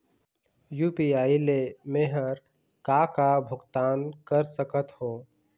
UPI ले मे हर का का भुगतान कर सकत हो?